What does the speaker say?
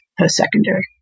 post-secondary